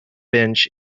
bench